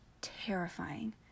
terrifying